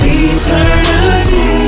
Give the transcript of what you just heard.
eternity